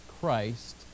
Christ